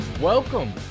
Welcome